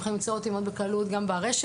אתם יכולים למצוא אותי מאוד בקלות גם ברשת.